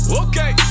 okay